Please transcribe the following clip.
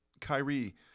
Kyrie